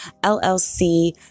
LLC